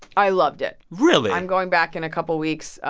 i loved it really? i'm going back in a couple weeks. ah